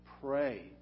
Pray